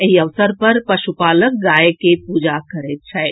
एहि अवसर पर पशुपालक गाय के पूजा करैत छथि